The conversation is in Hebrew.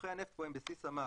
רווחי הנפט פה הם בסיס המס,